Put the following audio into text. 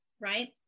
right